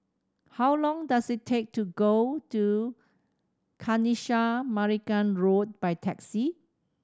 how long does it take to go to Kanisha Marican Road by taxi